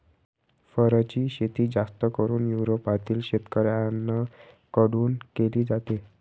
फरची शेती जास्त करून युरोपातील शेतकऱ्यांन कडून केली जाते